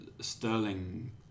Sterling